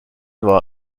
war